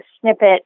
snippet